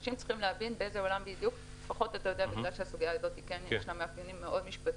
אנשים צריכים להבין כי לסוגיה הזו יש מאפיינים מאוד משפטיים.